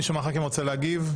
מישהו מהח"כים רוצה להגיב?